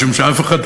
משום שאף אחד,